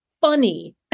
funny